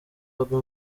hagwa